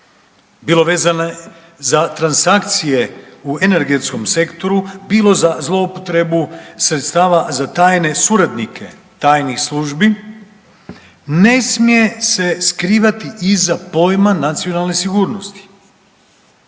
bilo vezano za transakcije u energetskom sektoru, bilo za zloupotrebu sredstava za tajne suradnike tajnih službi ne smije se skrivati iza pojma nacionalne sigurnosti.